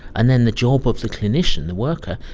and then the job of the clinician, the worker,